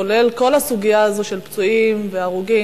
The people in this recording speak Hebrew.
כולל כל הסוגיה הזאת של פצועים והרוגים,